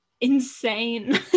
insane